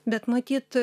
bet matyt